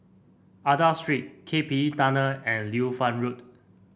Aida Street K P E Tunnel and Liu Fang Road